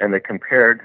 and they compared